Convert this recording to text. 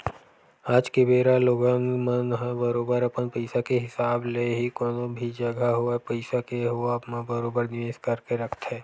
आज के बेरा लोगन मन ह बरोबर अपन पइसा के हिसाब ले ही कोनो भी जघा होवय पइसा के होवब म बरोबर निवेस करके रखथे